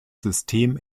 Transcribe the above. system